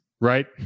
right